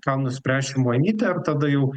ką nuspręs šimonytė ir tada jau